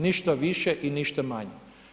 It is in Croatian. Ništa više i ništa manje.